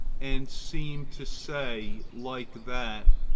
and seem to say like that,